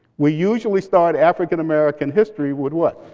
we usually start african-american history with what?